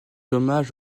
dommages